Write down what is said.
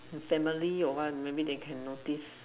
family or what maybe they can notice